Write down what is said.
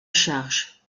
charge